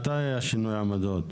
מתי היה השינוי בעמדות?